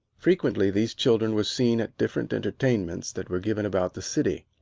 frequently these children were seen at different entertainments that were given about the city.